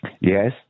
Yes